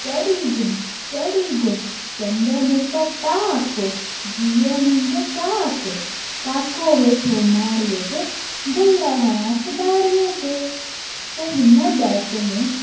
त हिन बैत में